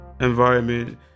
environment